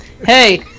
Hey